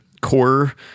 core